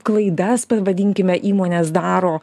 klaidas pavadinkime įmonės daro